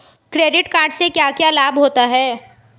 Credit card से क्या क्या लाभ होता है?